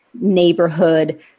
neighborhood